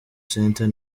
center